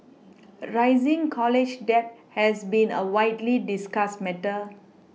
rising college debt has been a widely discussed matter